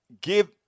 give